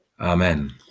Amen